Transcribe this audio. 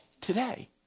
today